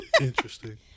Interesting